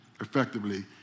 effectively